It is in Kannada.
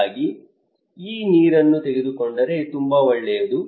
ಹಾಗಾಗಿ ಈ ನೀರನ್ನು ತೆಗೆದುಕೊಂಡರೆ ತುಂಬಾ ಒಳ್ಳೆಯದು